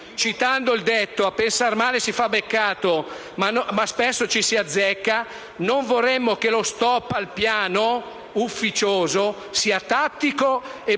Citando il detto: «A pensar male si fa peccato, ma spesso ci si azzecca», non vorremmo che lo *stop* al piano ufficioso sia tattico e motivato